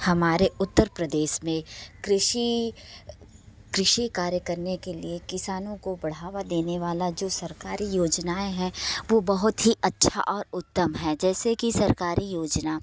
हमारे उत्तर प्रदेश में कृषि कृषि कार्य करने के लिए किसानों को बढ़ावा देने वाला जो सरकारी योजनाएं हैं वो बहुत ही अच्छा और उत्तम है जैसे कि सरकारी योजना